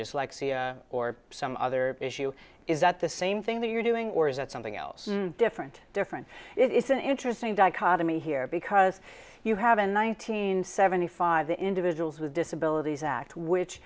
dyslexia or some other issue is that the same thing that you're doing or is that something else different different it is an interesting dichotomy here because you have in one thousand nine hundred seventy five the individuals with disabilities act which